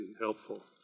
helpful